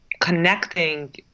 connecting